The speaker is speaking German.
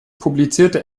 publizierte